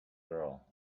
girl